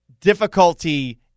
difficulty